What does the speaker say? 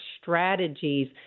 strategies